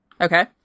Okay